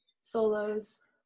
solos